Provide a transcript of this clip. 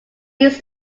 used